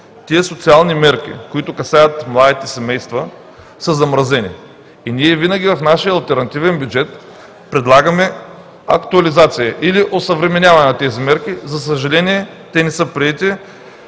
социалните мерки, които касаят младите семейства, са замразени и винаги в нашия алтернативен бюджет предлагаме актуализация или осъвременяване на тези мерки. За съжаление, те не са приети.